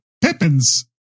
Pippins